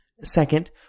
Second